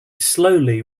slowly